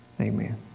Amen